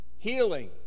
healing